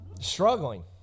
struggling